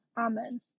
Amen